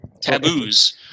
Taboos